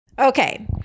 Okay